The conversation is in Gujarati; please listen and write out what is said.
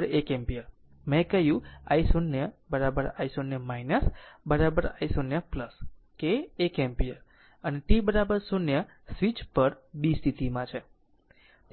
1 એમ્પીયર મેં કહ્યું i0 i0 i0 કે 1 એમ્પીયર અને t 0 સ્વિચ પર b સ્થિતિમાં છે